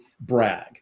brag